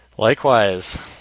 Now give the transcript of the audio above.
Likewise